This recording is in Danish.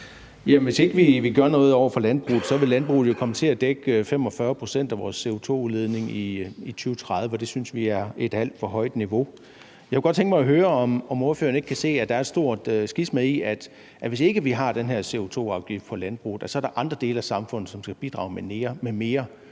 gør noget over for landbruget, så vil landbruget jo komme til at dække 45 pct. af vores CO2-udledning i 2030, og det synes vi er et alt for højt niveau. Jeg kunne godt tænke mig at høre, om ordføreren ikke kan se, at der er et stort skisma i, at hvis ikke vi har den her CO2-afgift på landbruget, så er der andre dele af samfundet, som skal bidrage med mere.